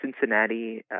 Cincinnati